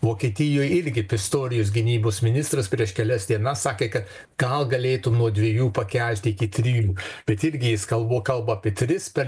vokietijoj irgi pistorius gynybos ministras prieš kelias dienas sakė kad gal galėtų nuo dviejų pakelti iki trijų bet irgi jis kalbo kalba apie tris per